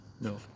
No